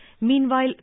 meanwhile